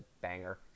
banger